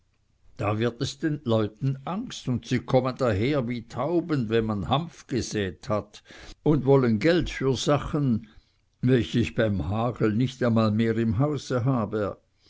da wird es den leuten angst und sie kommen daher wie tauben wenn man hanf gesäet hat und wollen geld für sachen welche ich beim hagel nicht einmal mehr im hause habe